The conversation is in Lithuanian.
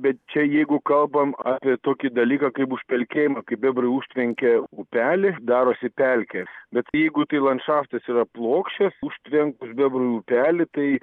bet čia jeigu kalbam apie tokį dalyką kaip užpelkėjimą kai bebrai užtvenkia upelį darosi pelkė bet jeigu tai landšaftas yra plokščias užtvenkus bebrui upelį tai